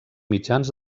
mitjans